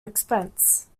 expense